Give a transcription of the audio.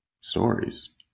stories